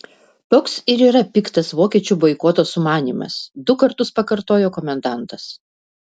toks ir yra piktas vokiečių boikoto sumanymas du kartus pakartojo komendantas